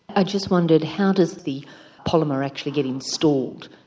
i just wondered, how does the polymer actually get installed?